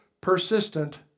persistent